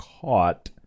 caught